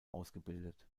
ausgebildet